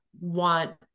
want